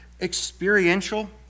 experiential